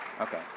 okay